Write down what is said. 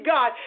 God